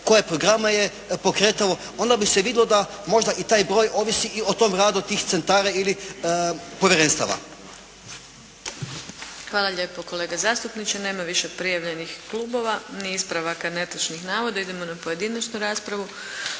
koje programe je pokretao? Onda bi se vidjelo da možda i taj broj ovisi i o tom radu tih centara ili povjerenstava. **Adlešič, Đurđa (HSLS)** Hvala lijepo kolega zastupniče. Nema više prijavljenih klubova ni ispravaka netočnih navoda. Idemo na pojedinačnu raspravu.